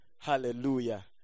Hallelujah